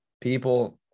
people